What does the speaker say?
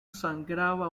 sangraba